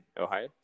Ohio